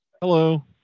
Hello